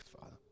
father